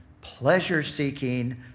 pleasure-seeking